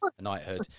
knighthood